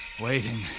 waiting